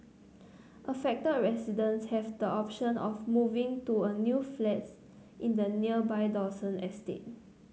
affected residents have the option of moving to a new flats in the nearby Dawson estate